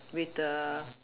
with the